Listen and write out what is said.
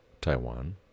Taiwan